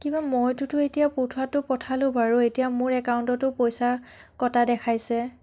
কিবা মইটোতো এতিয়া পঠোৱাতো পঠালোঁ বাৰু এতিয়া মোৰ একাউণ্টতো পইচা কটা দেখাইছে